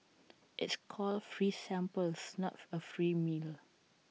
it's called free samples not A free meal